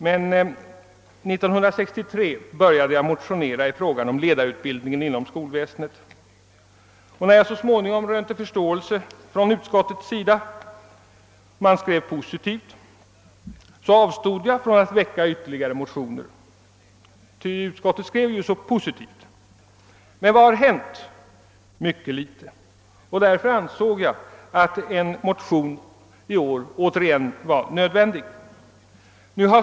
Men 1963 började jag motionera i frågan om ledarutbildningen inom skolväsendet. När jag så småningom rönte förståelse från utskottet avstod jag från att väcka ytterligare motioner, ty utskottet skrev ju så positivt. Men vad har hänt? Ja, det är mycket litet. Därför ansåg jag att det i år var nödvändigt att återigen väcka en motion.